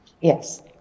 Yes